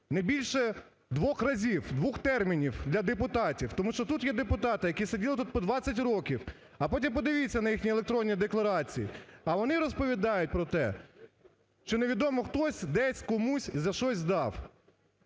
не більше двох разів, двох термінів для депутатів. Тому що тут є депутати, які сиділи тут по 20 років, а потім подивіться на їхні електронні декларації, а вони розповідають про те, що невідомо хтось, десь, комусь і за щось дав.